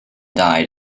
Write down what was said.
died